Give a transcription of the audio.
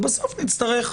ובסוף נצטרך